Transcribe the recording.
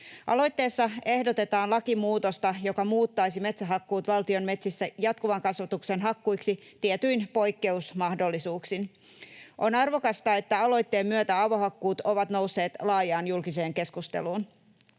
Aloitteessa ehdotetaan lakimuutosta, joka muuttaisi metsähakkuut valtion metsissä jatkuvan kasvatuksen hakkuiksi tietyin poikkeusmahdollisuuksin. On arvokasta, että aloitteen myötä avohakkuut ovat nousseet laajaan julkiseen keskusteluun.